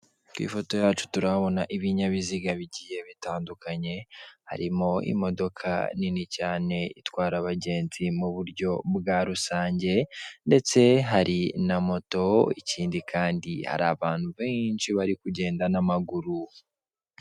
Ku ifoto yacu turahabona ibinyabiziga bigiye bitandukanye, harimo imodoka nini cyane itwara abagenzi mu buryo bwa rusange, ndetse hari na moto, ikindi kandi hari abantu benshi bari kugenda n'amaguru.